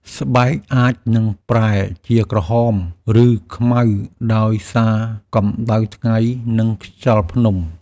ស្បែកអាចនឹងប្រែជាក្រហម ឬខ្មៅដោយសារកម្ដៅថ្ងៃ និងខ្យល់ភ្នំ។